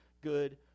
good